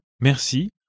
merci